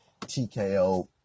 tko